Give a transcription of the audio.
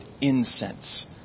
incense